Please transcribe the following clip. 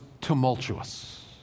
tumultuous